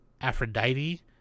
Aphrodite